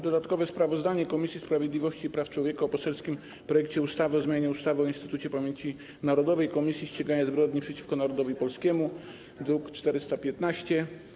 Dodatkowe sprawozdanie Komisji Sprawiedliwości i Praw Człowieka o poselskim projekcie ustawy o zmianie ustawy o Instytucie Pamięci Narodowej - Komisji Ścigania Zbrodni przeciwko Narodowi Polskiemu, druk nr 415.